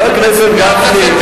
חבר הכנסת גפני.